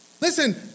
Listen